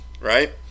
right